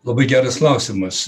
labai geras klausimas